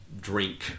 drink